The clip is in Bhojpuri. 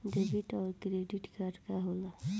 डेबिट और क्रेडिट कार्ड का होला?